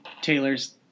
Taylor's